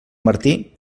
martí